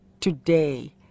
today